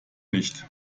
nicht